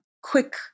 quick